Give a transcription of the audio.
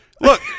Look